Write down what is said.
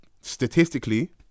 statistically